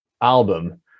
album